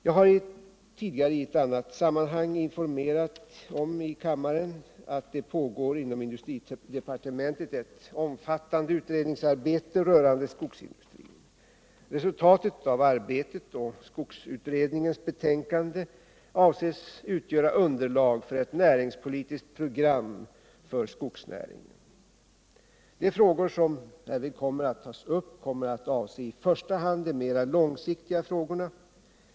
Som jag tidigare i annat sammanhang har informerat kammaren om pågår inom industridepartementet ett omfattande utredningsarbete rörande skogsindustrin. Resultatet av arbetet och skogsutredningens betänkande avses utgöra underlag för ett näringspolitiskt program för skogsnäringen. De frågor som härvid kommer att tas upp kommer att i första hand avse de mer långsiktiga frågorna.